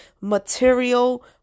material